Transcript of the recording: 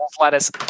lettuce